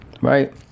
right